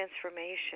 transformation